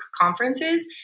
conferences